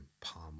palm